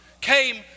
came